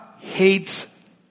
hates